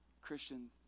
Christian